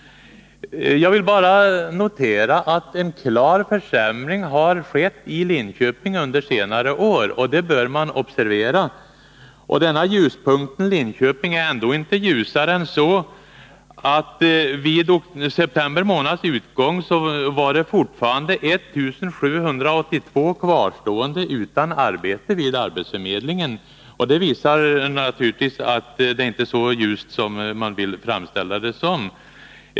Jag vill bara notera att en klar försämring har skett i Linköping under senare år, och det bör man observera. Ljuspunkten Linköping är inte ljusare än att det vid september månads utgång fortfarande fanns 1 782 personer kvarstående utan arbete vid arbetsförmedlingen. Det visar naturligtvis att läget inte är så ljust som man vill framställa det.